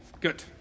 Good